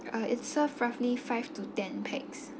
uh it's serve roughly five to ten pax